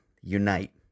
unite